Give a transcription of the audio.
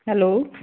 hello